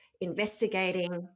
investigating